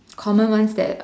common ones that